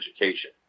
education